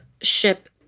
ship